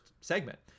segment